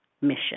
mission